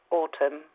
autumn